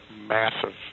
massive